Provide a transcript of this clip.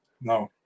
No